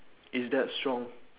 it's that strong